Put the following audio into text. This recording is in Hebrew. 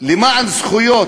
למען זכויות,